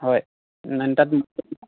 হয় মানে তাত